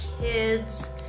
kids